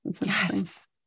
Yes